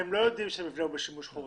הם לא יודעים שהמבנה הוא בשימוש חורג.